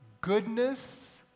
goodness